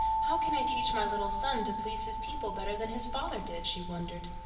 how can i teach my little son to please his people better than his father did? she wondered.